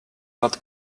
not